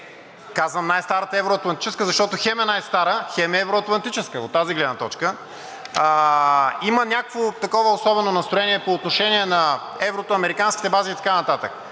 казвам „най-старата евро-атлантическа“, защото хем е най-стара, хем е евро-атлантическа, от тази гледна точка. Има някакво такова особено настроение по отношение на еврото, американските бази и така нататък,